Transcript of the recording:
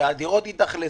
שהדירות יתאכלסו,